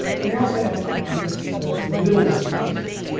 and i also have to introduce the the middles of faces.